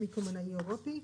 או מקמעונאי אירופי.